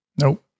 Nope